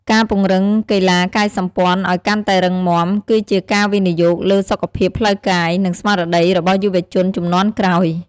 ការពង្រឹងកីឡាកាយសម្ព័ន្ធឱ្យកាន់តែរឹងមាំ គឺជាការវិនិយោគលើសុខភាពផ្លូវកាយ និងស្មារតីរបស់យុវជនជំនាន់ក្រោយ។